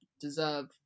deserve